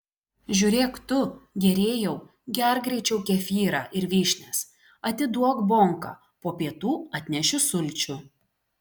žiūrėk tu gėrėjau gerk greičiau kefyrą ir vyšnias atiduok bonką po pietų atnešiu sulčių